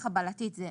חבלתית",